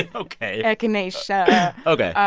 ah ok. echinacea yeah ok.